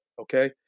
okay